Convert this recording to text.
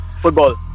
Football